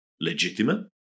legitimate